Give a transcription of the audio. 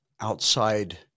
outside